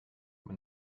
man